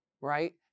right